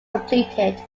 completed